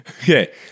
Okay